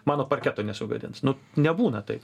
mano parketo nesugadins nu nebūna taip